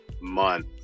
Month